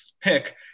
pick